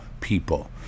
people